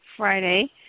Friday